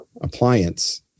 appliance